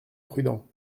prudent